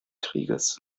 kriegs